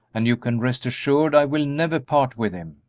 and you can rest assured i will never part with him.